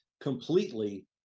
completely